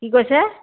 কি কৈছে